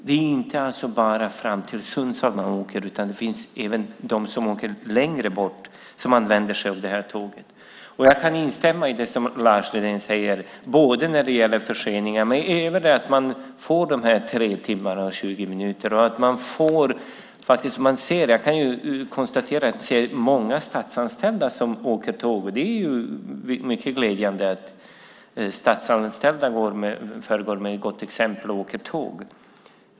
Det är alltså inte bara fram till Sundsvall man åker, utan det finns även de som åker längre bort och använder sig av det här tåget. Jag kan instämma i det som Lars Lindén säger när det gäller både förseningar och att man får de här 3 timmarna och 20 minuterna. Det är många statsanställda som åker tåg. Det är mycket glädjande att statsanställda föregår med gott exempel och åker tåg.